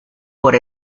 por